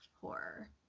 horror